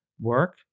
work